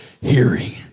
hearing